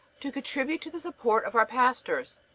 to contribute to the support of our pastors.